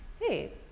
hey